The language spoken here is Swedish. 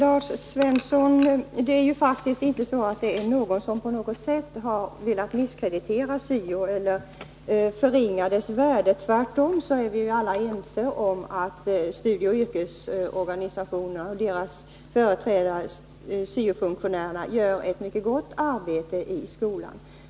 Fru talman! Det är, Lars Svensson, faktiskt inte så, att man på något sätt bar velat misskreditera syo-verksamheten eller förringa dess värde. Tvärtom är vi alla överens om att studieoch yrkesorganisationer och deras företrädare, syo-funktionärerna, gör ett mycket gott arbete i skolan.